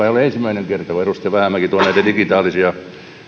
ei ole ensimmäinen kerta kun edustaja vähämäki tuo näitä digitaalisia